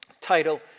title